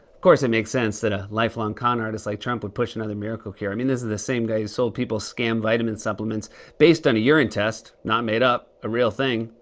course it makes sense that a lifelong con artist like trump would push another miracle cure. i mean, this is the same guy who sold people scam vitamin supplements based on a urine test not made up, a real thing.